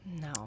No